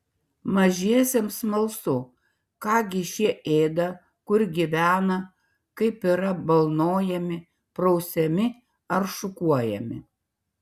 mažiesiems smalsu ką gi šie ėda kur gyvena kaip yra balnojami prausiami ar šukuojami